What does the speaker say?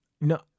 No